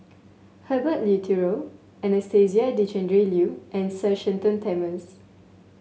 Herbert Eleuterio Anastasia Tjendri Liew and Sir Shenton Thomas